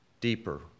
deeper